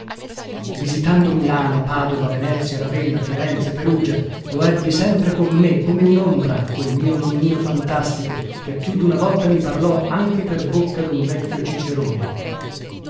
visitando milano padova venezia ravenna firenze perugia lo ebbi sempre con me come unombra quel mio nonnino fantasticato che più duna volta mi parlò anche per bocca dun vecchio cicerone